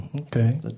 Okay